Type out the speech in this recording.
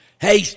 Hey